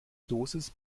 dosis